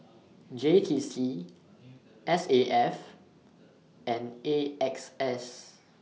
J T C S A F and A X S